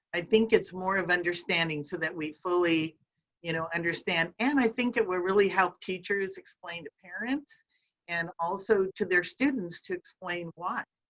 i think it's more of understanding so that we fully you know understand. and i think it will really helped teachers explain to parents and also to their students to explain why.